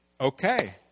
okay